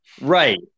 Right